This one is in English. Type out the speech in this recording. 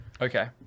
Okay